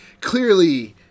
clearly